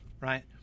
right